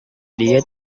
dia